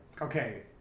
Okay